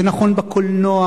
זה נכון בקולנוע,